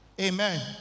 amen